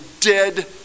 dead